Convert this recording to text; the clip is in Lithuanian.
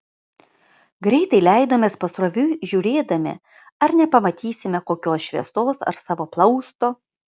greitai leidomės pasroviui žiūrėdami ar nepamatysime kokios šviesos ar savo plausto